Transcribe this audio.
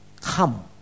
come